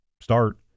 start